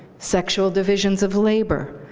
sexual divisions of labor,